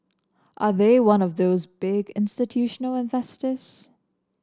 and they one of those big institutional investors